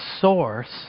source